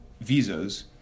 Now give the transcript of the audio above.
visas